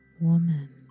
woman